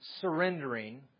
surrendering